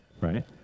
right